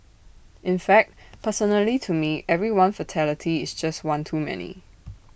in fact personally to me every one fatality is just one too many